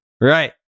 Right